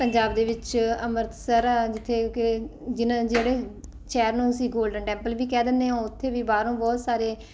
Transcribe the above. ਪੰਜਾਬ ਦੇ ਵਿੱਚ ਅੰਮ੍ਰਿਤਸਰ ਆ ਜਿੱਥੇ ਕਿ ਜਿਹਨਾਂ ਜਿਹੜੇ ਸ਼ਹਿਰ ਨੂੰ ਅਸੀਂ ਗੋਲਡਨ ਟੈਂਪਲ ਵੀ ਕਹਿ ਦਿੰਦੇ ਹਾਂ ਉੱਥੇ ਵੀ ਬਾਹਰੋਂ ਬਹੁਤ ਸਾਰੇ